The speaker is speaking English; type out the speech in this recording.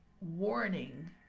warning